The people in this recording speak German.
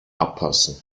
abpassen